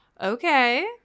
Okay